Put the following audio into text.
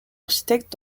architectes